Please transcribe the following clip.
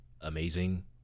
amazing